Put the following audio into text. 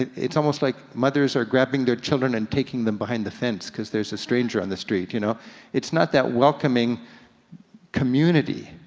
it's almost like mothers are grabbing their children and taking them behind the fence cause there's a stranger on the street. you know it's not that welcoming community.